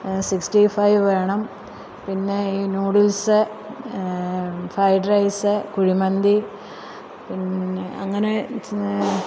sixty five വേണം പിന്നേ ഈ നൂഡിൽസ് ഫ്രൈഡ് റൈസ് കുഴിമന്തി പിന്നെ അങ്ങനെ